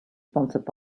sponsored